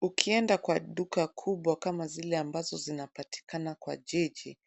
Ukienda kwa duka kubwa kama zile ambazo zinapatikana kwa jiji